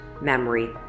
memory